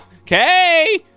Okay